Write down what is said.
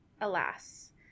alas